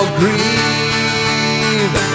grieve